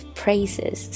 praises